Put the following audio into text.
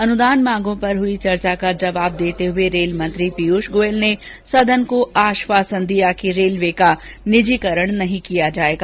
अनुदान मांगों पर हुई चर्चा का जवाब देते हुए रेलमंत्री पीयूष गोयल ने सदन को आश्वासन दिया कि रेलवे का निजीकरण नहीं किया जायेगा